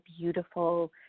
beautiful